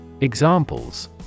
Examples